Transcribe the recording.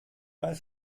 bei